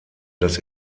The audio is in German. das